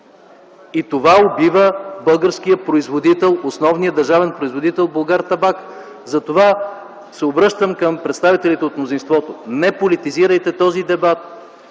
Това убива българския производител, основния държавен производител – „Булгартабак”. Обръщам се към представителите от мнозинството – не политизирайте този дебат,